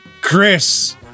Chris